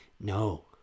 No